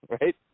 right